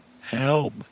help